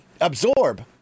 absorb